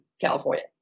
California